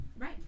Right